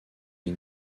les